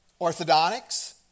orthodontics